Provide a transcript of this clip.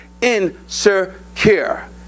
insecure